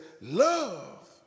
love